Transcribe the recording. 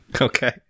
okay